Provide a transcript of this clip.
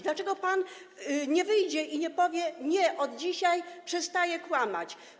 Dlaczego pan nie wyjdzie i nie powie: Nie, od dzisiaj przestaję kłamać?